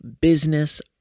business